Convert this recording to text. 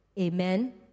Amen